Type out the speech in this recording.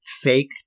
fake